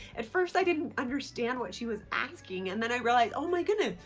at first i didn't understand what she was asking and then i realized oh my goodness,